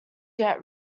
yet